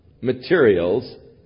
materials